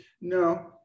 No